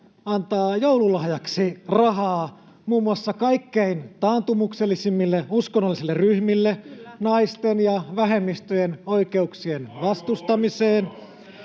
antaa joululahjaksi rahaa muun muassa kaikkein taantumuksellisimmille uskonnollisille ryhmille, naisten ja vähemmistöjen oikeuksien vastustamiseen,